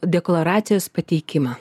deklaracijos pateikimą